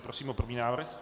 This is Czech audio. Prosím o první návrh.